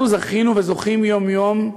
אנחנו זכינו וזוכים יום-יום,